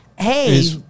Hey